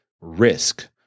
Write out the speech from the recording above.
risk